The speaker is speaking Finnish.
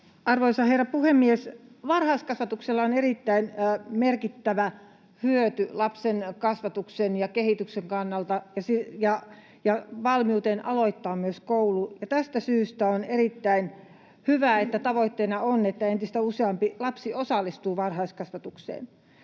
Arvoisa herra puhemies! Varhaiskasvatuksella on erittäin merkittävä hyöty lapsen kasvatuksen ja kehityksen kannalta ja myös valmiuteen aloittaa koulu, ja tästä syystä on erittäin hyvä, että tavoitteena on, että entistä useampi lapsi osallistuu varhaiskasvatukseen.